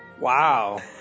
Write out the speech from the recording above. Wow